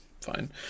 fine